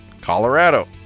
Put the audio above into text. colorado